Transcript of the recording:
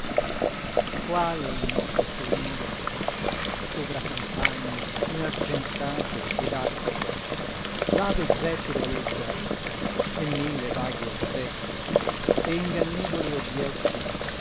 quale in notte solinga sovra campagne inargentate ed acque là ve zefiro aleggia e mille vaghi aspetti e ingannevoli obbietti